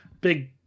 big